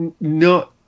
no